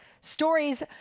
Stories